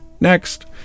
next